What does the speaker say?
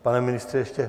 Pane ministře, ještě...